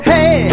Hey